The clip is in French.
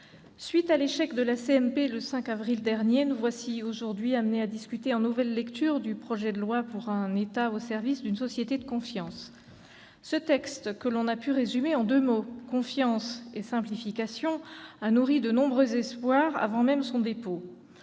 mixte paritaire le 5 avril dernier, nous voici aujourd'hui amenés à discuter en nouvelle lecture du projet de loi pour un État au service d'une société de confiance. Ce texte, que l'on a pu résumer en deux mots- « confiance » et « simplification »-, a nourri de nombreux espoirs avant même son dépôt.